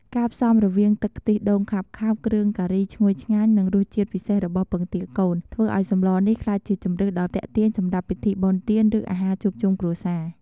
ការផ្សំរវាងទឹកខ្ទិះដូងខាប់ៗ គ្រឿងការីឈ្ងុយឆ្ងាញ់ និងរសជាតិពិសេសរបស់ពងទាកូន ធ្វើឱ្យសម្លនេះក្លាយជាជម្រើសដ៏ទាក់ទាញសម្រាប់ពិធីបុណ្យទាន ឬអាហារជួបជុំគ្រួសារ។